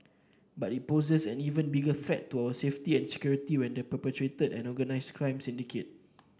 but it poses an even bigger threat to our safety and security when perpetrated an organised crime syndicate